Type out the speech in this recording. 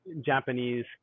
Japanese